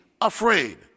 afraid